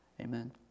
amen